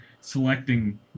selecting